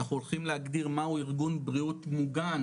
אנחנו הולכים להגדיר מהו ארגון בריאות מוגן,